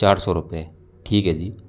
चार सौ रुपये ठीक है जी